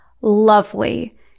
lovely